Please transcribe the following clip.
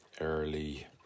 early